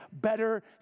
better